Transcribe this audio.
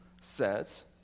says